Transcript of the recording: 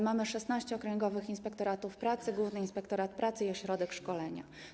Mamy 16 okręgowych inspektoratów pracy, Główny Inspektorat Pracy i ośrodek szkolenia.